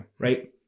Right